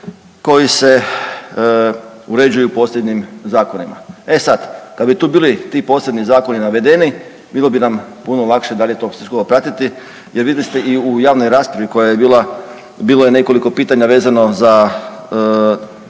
koji se uređuju posljednjim Zakonima. E sad, kad bi tu bili ti posljednji Zakoni navedeni bilo bi nam puno lakše dalje to sve skupa pratiti, jer vidjeli ste i u javnoj raspravi koja je bila, bilo je nekoliko pitanja vezano za